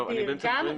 אני באמצע הדברים.